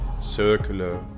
circular